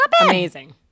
Amazing